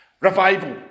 Revival